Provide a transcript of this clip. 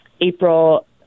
April